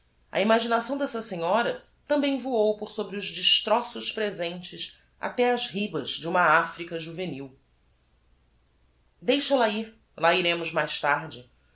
a imaginação dessa senhora tambem voou por sobre os destroços presentes até ás ribas de uma africa juvenil deixal-a ir lá iremos mais tarde